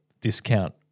discount